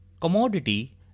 Commodity